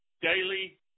daily